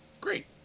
great